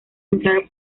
entrar